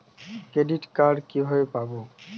Credit card কিভাবে পাব?